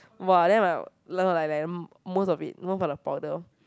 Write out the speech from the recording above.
!wah! then my most of it most of the powder